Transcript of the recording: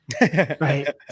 Right